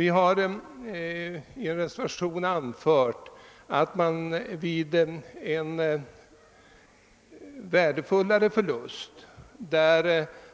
I vår reservation har vi anfört att man i de fall